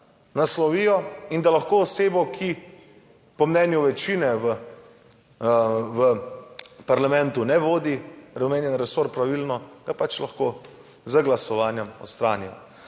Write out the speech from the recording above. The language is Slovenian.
naslovijo in da lahko osebo, ki po mnenju večine v parlamentu ne vodi omenjen resor pravilno, ga pač lahko z glasovanjem odstranijo.